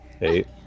Eight